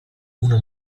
una